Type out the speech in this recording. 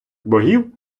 богів